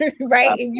right